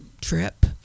trip